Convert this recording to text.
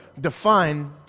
define